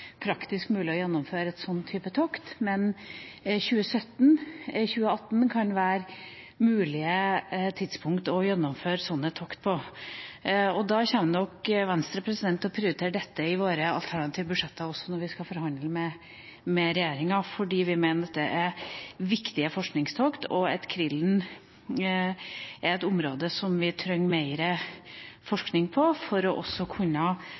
å gjennomføre en sånn type tokt, men 2017/2018 kan være mulige tidspunkt å gjennomføre sånne tokt på. Da kommer nok Venstre til å prioritere dette i våre alternative budsjetter, også når vi skal forhandle med regjeringa, fordi vi mener at dette er viktige forskningstokt, og at krill er et noe vi trenger mer forskning på, for også å kunne